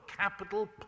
capital